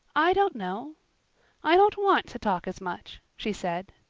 i don't know i don't want to talk as much, she said,